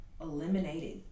eliminated